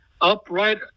upright